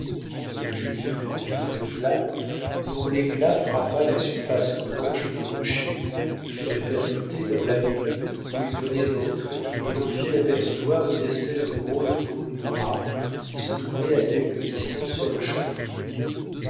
il en jaillit une vive flamme dont l'éclat frappa la surface blanche du rocher fut répercuté dans l'avenue où ils venaient d'entrer et leur fit apercevoir une espèce de grosse boule noire qui se trouvait à quelque distance sur le chemin